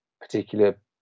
particular